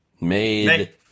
Made